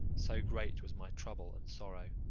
so great was my trouble and sorrow.